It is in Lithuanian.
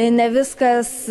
ne viskas